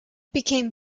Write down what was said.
became